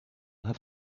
have